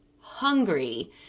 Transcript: hungry